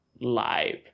live